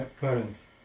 parents